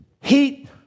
heat